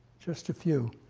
just a few.